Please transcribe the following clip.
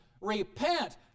Repent